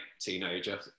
teenager